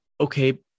Okay